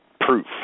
proof